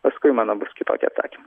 paskui mano bus kitoki atsakymai